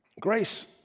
Grace